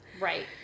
Right